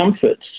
comforts